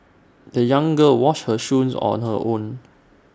the young girl washed her shoes on her own